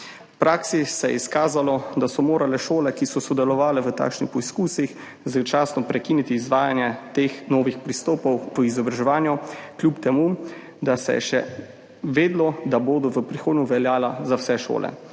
V praksi se je izkazalo, da so morale šole, ki so sodelovale v takšnih poizkusih, s časom prekiniti izvajanje teh novih pristopov v izobraževanju kljub temu, da se je še vedelo, da bodo v prihodnje veljala za vse šole.